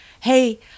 Hey